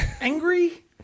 angry